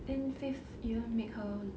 then faith even make her